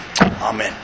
Amen